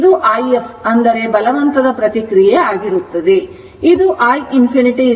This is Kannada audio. ಇದು i f ಅಂದರೆ ಬಲವಂತದ ಪ್ರತಿಕ್ರಿಯೆ ಆಗಿರುತ್ತದೆ